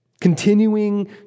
Continuing